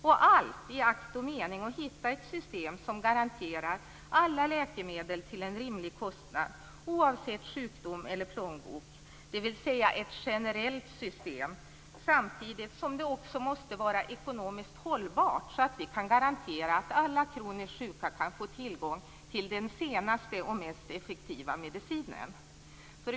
Allt detta sker i akt och mening att hitta ett system som garanterar alla läkemedel till en rimlig kostnad oavsett sjukdom eller plånbok, dvs. ett generellt system. Det måste samtidigt också vara ekonomiskt hållbart, så att vi kan garantera att alla kroniskt sjuka kan få tillgång till den senaste och mest effektiva medicinen.